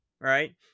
right